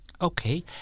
Okay